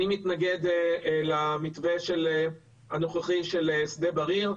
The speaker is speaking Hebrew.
אני מתנגד למתווה הנוכחי של שדה בריר.